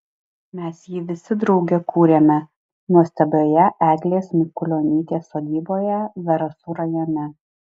mes jį visi drauge kūrėme nuostabioje eglės mikulionytės sodyboje zarasų rajone